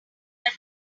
that